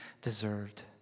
deserved